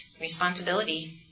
Responsibility